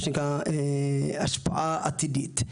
מה שנקרא, השפעה עתידית,